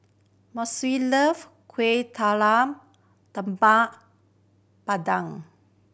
Mossie love Kueh Talam Tepong Pandan